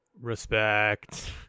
Respect